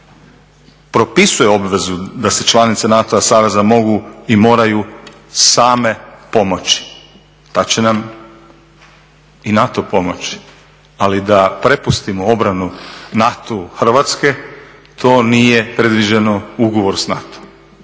članak 3. propisuje obvezu da se članice NATO saveza mogu i moraju same pomoći pa će nam i NATO pomoći. Ali da prepustimo obranu NATO-u Hrvatske to nije predviđeno u ugovoru sa NATO-om.